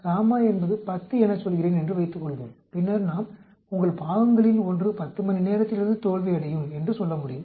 நான்என்பது 10 எனச் சொல்கிறேன் என்று வைத்துக் கொள்வோம் பின்னர் நாம் உங்கள் பாகங்களில் ஒன்று 10 மணி நேரத்திலிருந்து தோல்வியடையும் என்று சொல்ல முடியும்